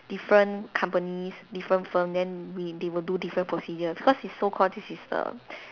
different companies different firm then we they will do different procedure because is so called this is the